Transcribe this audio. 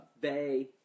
Bay